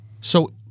So-